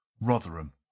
Rotherham